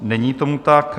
Není tomu tak.